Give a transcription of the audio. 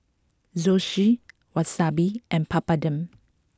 Zosui Wasabi and Papadum